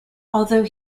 although